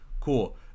cool